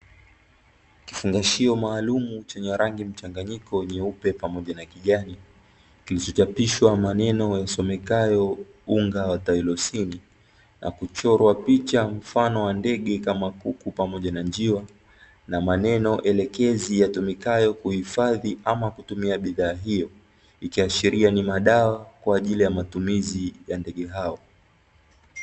Kifungashio maalimu chenye rangi mchanganyiko nyeupe pamoja na kijani, kilichochapishwa maneno yasomekayo unga wa tairosini na kuchorwa picha mfano wa ndege kamakuku, pamoja na njiwa. Na maneno elekezi yatumikayo kuhifadhia ama kutumia bidhaa hiyo ikiashiria ni madawa kwaajili ya matumizi ya ndege hao.